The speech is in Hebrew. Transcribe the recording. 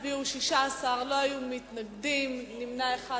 בעד הצביעו 16, לא היו מתנגדים, נמנע אחד.